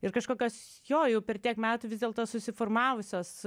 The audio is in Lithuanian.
ir kažkokios šio jau per tiek metų vis dėlto susiformavusios